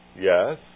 Yes